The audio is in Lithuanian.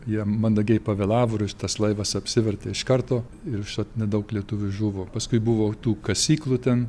jie mandagiai pavėlavo ir tas laivas apsivertė iš karto ir užtat nedaug lietuvių žuvo paskui buvo tų kasyklų ten